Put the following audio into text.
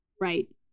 right